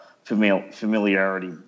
familiarity